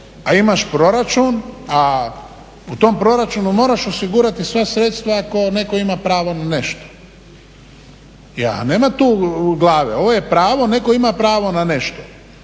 a imaš proračun, a u tom proračunu moraš osigurati sva sredstva ako netko ima pravo na nešto. Ja, nema tu glave. Ovo je pravo. Netko ima pravo na nešto